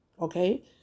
okay